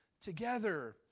together